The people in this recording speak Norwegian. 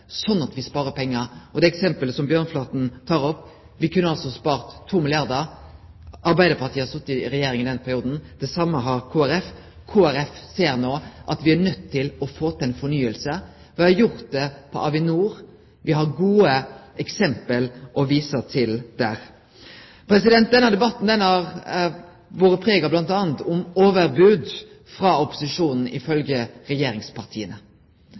at me sparar pengar? Det eksempelet som Bjørnflaten tek opp, kunne me altså ha spart 2 milliardar kr på! Arbeidarpartiet har sete i regjering i denne perioden. Det same har Kristeleg Folkeparti. Kristeleg Folkeparti ser no at me er nøydde til å få til ei fornying. Me har gjort det med Avinor. Me har gode eksempel å vise til. Denne debatten har vore prega av bl.a. overbod frå opposisjonen, ifølgje regjeringspartia.